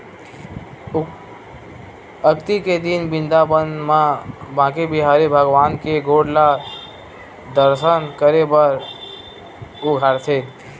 अक्ती के दिन बिंदाबन म बाके बिहारी भगवान के गोड़ ल दरसन करे बर उघारथे